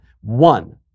One